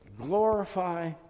glorify